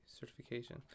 certification